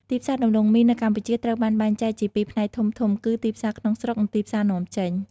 ទីផ្សារដំឡូងមីនៅកម្ពុជាត្រូវបានបែងចែកជាពីរផ្នែកធំៗគឺ ទីផ្សារក្នុងស្រុក និង ទីផ្សារនាំចេញ។